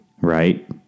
Right